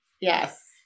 Yes